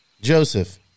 Joseph